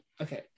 okay